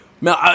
no